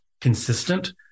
consistent